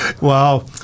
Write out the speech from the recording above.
wow